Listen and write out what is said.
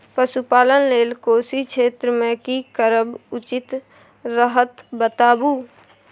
पशुपालन लेल कोशी क्षेत्र मे की करब उचित रहत बताबू?